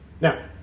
Now